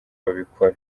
babikora